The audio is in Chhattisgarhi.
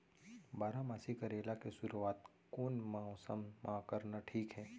बारामासी करेला के शुरुवात कोन मौसम मा करना ठीक हे?